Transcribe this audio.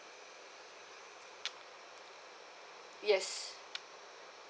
yes